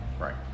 right